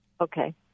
Okay